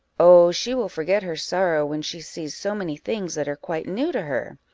oh, she will forget her sorrow when she sees so many things that are quite new to her.